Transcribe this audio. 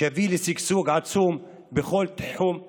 שיביא לשגשוג עצום בכל תחומי חיינו.